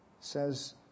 says